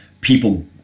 people